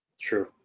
True